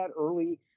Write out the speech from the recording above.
early